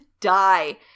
die